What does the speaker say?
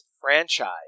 franchise